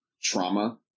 trauma